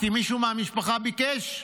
כי מישהו מהמשפחה ביקש?